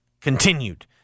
continued